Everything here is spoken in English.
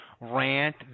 rant